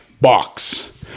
box